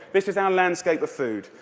this is our landscape of food.